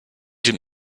dem